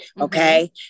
okay